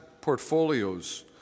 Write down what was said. portfolios